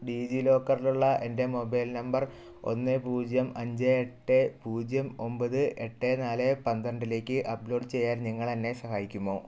ഡീജീലോക്കറിലുള്ള എൻ്റെ mobile number ഒന്ന് പൂജ്യം അഞ്ച് എട്ട് പൂജ്യം ഒമ്പത് എട്ട് നാല് പന്ത്രണ്ടിലേക്ക് അപ്ലോഡ് ചെയ്യാൻ നിങ്ങൾ എന്നെ സഹായിക്കുമോ